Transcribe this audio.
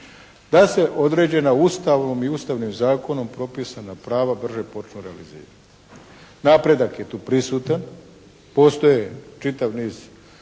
da se određena Ustavom i ustavnim zakonom propisana prava brže počnu realizirati. Napredak je tu prisutan, postoji čitav niz